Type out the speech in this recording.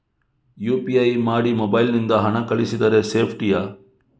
UPI ಮಾಡಿ mobile ನಿಂದ ಹಣ ಕಳಿಸಿದರೆ ಸೇಪ್ಟಿಯಾ?